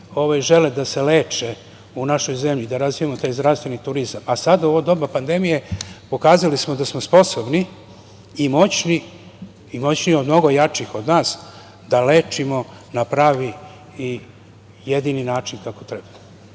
žele da se leče u našoj zemlji, da razvijamo taj zdravstveni turizam. Sada u ovo doba pandemije pokazali smo da smo sposobni i moćni, moćniji od mnogo jačih od nas, da lečimo na pravi i jedini način kako treba. Ne